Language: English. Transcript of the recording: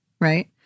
right